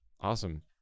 Awesome